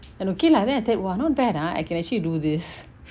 then okay lah then I say !wah! not bad ah I can actually do this